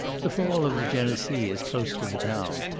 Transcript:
the fall of the genesee is close to the town,